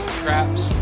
traps